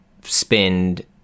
spend